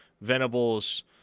Venables